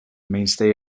mainstay